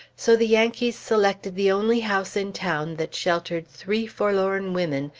so the yankees selected the only house in town that sheltered three forlorn women,